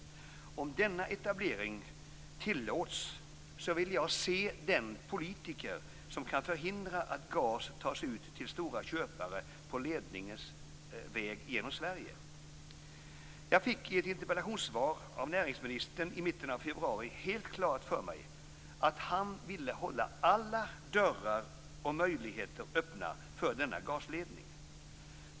Om denna etablering tillåts vill jag se den politiker som kan förhindra att gas tas ut till stora köpare på ledningens väg genom Sverige. Jag fick i ett interpellationssvar av näringsministern i mitten av februari helt klart för mig att han ville hålla alla dörrar och alla möjligheter öppna för denna gasledning.